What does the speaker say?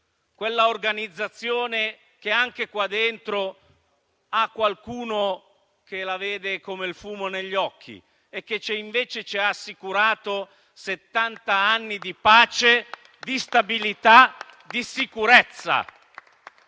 quell'organizzazione che anche in quest'Aula qualcuno vede come fumo negli occhi e che invece ci ha assicurato settant'anni di pace, di stabilità e di sicurezza.